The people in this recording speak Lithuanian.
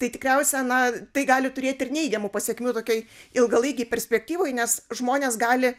tai tikriausia na tai gali turėti ir neigiamų pasekmių tokioj ilgalaikėj perspektyvoj nes žmonės gali